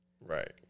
Right